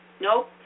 Nope